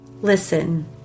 Listen